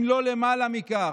אם לא למעלה מכך,